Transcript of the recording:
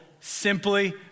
simply